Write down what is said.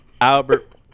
Albert